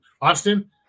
Austin